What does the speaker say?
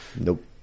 Nope